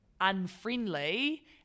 unfriendly